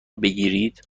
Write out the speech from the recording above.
بگیرید